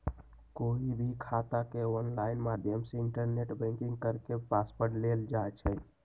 कोई भी खाता के ऑनलाइन माध्यम से इन्टरनेट बैंकिंग करके पासवर्ड लेल जाई छई